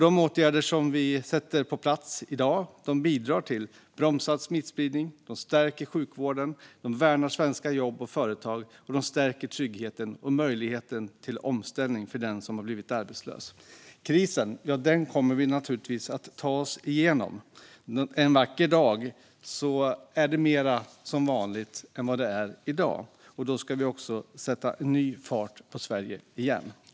De åtgärder som vi sätter på plats i dag bidrar till bromsad smittspridning, stärker sjukvården, värnar svenska jobb och företag och stärker tryggheten och möjligheten till omställning för den som har blivit arbetslös. Krisen kommer vi naturligtvis att ta oss igenom. En vacker dag är det mer som vanligt än vad det är i dag, och då ska vi sätta ny fart på Sverige igen.